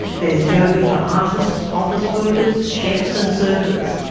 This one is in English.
there's yoga for artists, office workers, chefs and surfers.